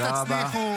לא תצליחו.